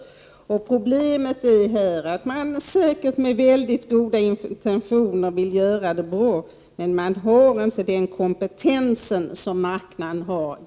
Problemet är att man säkert har mycket goda intentioner och vill göra det bra, men man har dess värre inte den kompetens som marknaden har.